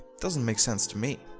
doesn't make sense to me.